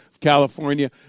California